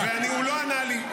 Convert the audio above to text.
והוא לא ענה לי.